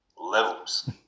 levels